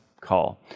call